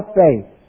faith